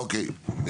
אוקיי.